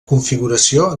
configuració